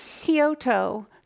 Kyoto